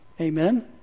Amen